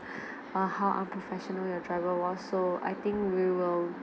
err how unprofessional your driver was so I think we will